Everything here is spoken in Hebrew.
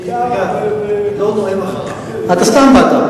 אתה סתם באת.